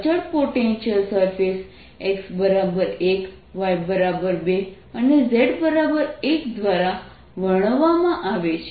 અચળ potential surface x 1 y 2 અને z 1 દ્વારા વર્ણવવામાં આવે છે